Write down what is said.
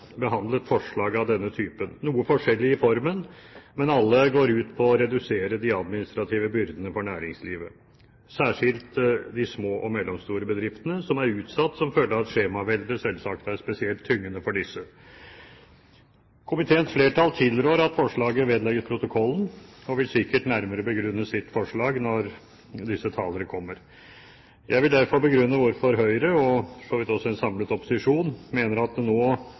behandlet forslag av denne typen, noe forskjellige i formen, men alle går ut på å redusere de administrative byrdene for næringslivet, særskilt for de små og mellomstore bedriftene, som er utsatt som følge av at skjemaveldet, selvsagt, er spesielt tyngende for disse. Komiteens flertall tilrår at forslaget vedlegges protokollen, og talere fra flertallet vil sikkert begrunne dette nærmere i debatten. Jeg vil derfor begrunne hvorfor Høyre og for så vidt også en samlet opposisjon mener at det nå